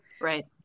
Right